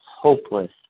hopeless